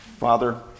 Father